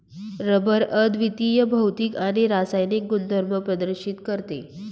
rubber अद्वितीय भौतिक आणि रासायनिक गुणधर्म प्रदर्शित करते